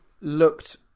looked